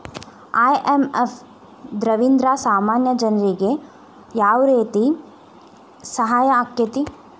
IMF ದವ್ರಿಂದಾ ಸಾಮಾನ್ಯ ಜನ್ರಿಗೆ ಯಾವ್ರೇತಿ ಸಹಾಯಾಕ್ಕತಿ?